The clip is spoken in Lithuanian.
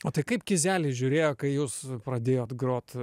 o tai kaip kizelis žiūrėjo kai jūs pradėjot grot